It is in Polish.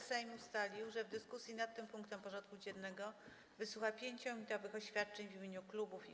Sejm ustalił, że w dyskusji nad tym punktem porządku dziennego wysłucha 5-minutowych oświadczeń w imieniu klubów i kół.